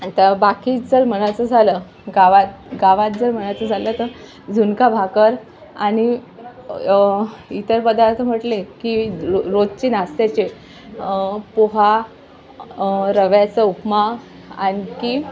आणि त्या बाकी जर म्हणायचं झालं गावात गावात जर म्हणायचं झालं तर झुणका भाकर आणि इतर पदार्थ म्हटले की रो रोजचे नाश्त्याचे पोहा रव्याचा उपमा आणखी